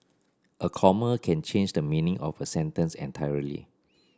a comma can change the meaning of a sentence entirely